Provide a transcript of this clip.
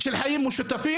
של חיים משותפים.